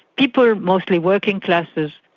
people, mostly working classes,